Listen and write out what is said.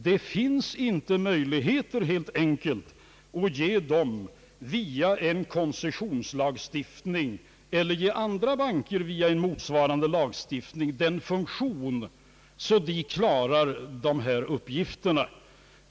Det finns helt enkelt inte möjligheter att via en koncessionslagstiftning ge dem en sådan funktion att de klarar dessa uppgifter, eller att via en motsvarande lagstiftning ge andra banker en sådan funktion.